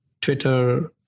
Twitter